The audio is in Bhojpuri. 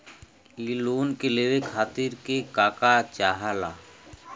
इ लोन के लेवे खातीर के का का चाहा ला?